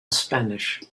spanish